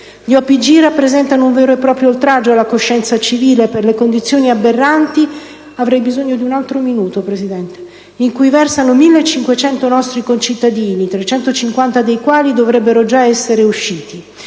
Gli OPG rappresentano un vero e proprio oltraggio alla coscienza civile per le condizioni aberranti in cui versano 1.500 nostri concittadini, 350 dei quali dovrebbero già essere usciti.